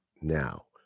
now